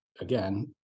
again